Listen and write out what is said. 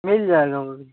मिल जाएगा वह भी